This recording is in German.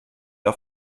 auf